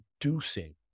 producing